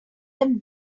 them